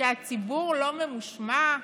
שהציבור לא ממושמע,